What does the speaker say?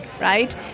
right